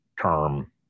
term